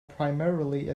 primarily